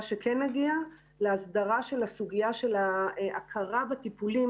שכן נגיע להסדרה של הסוגיה של ההכרה בטיפולים.